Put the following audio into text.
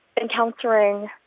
encountering